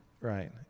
Right